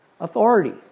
authority